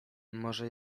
może